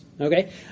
okay